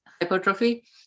hypertrophy